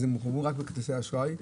אז הם מאפשרים רק בכרטיסי אשראי,